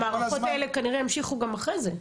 אבל המערכות האלה כנראה ימשיכו גם אחרי זה ברובן.